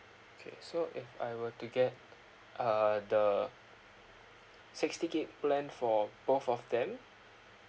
okay so I were to get uh the sixty gig plan for both of them